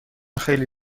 خیلی